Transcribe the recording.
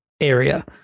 area